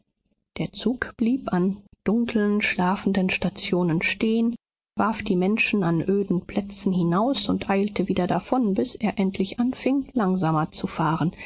der zug blieb an dunkeln schlafenden stationen stehen warf die menschen an öden plätzen hinaus und eilte wieder davon bis er endlich anfing langsamer zu fahren